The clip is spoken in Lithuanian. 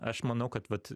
aš manau kad vat